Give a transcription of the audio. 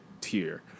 tier